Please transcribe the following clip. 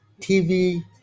tv